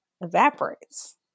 evaporates